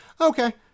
okay